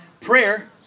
prayer